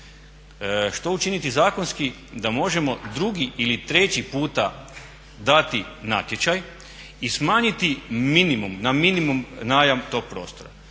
Što učiniti zakonski da možemo drugi ili treći puta dati natječaj i smanjiti na minimum najam tog prostora?